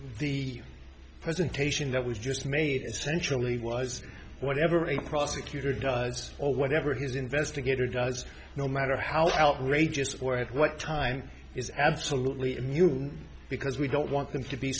the presentation that was just made essentially was whatever a prosecutor does or whatever his investigator does no matter how outrageous or at what time is absolutely immune because we don't want them to be